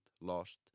lost